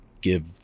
give –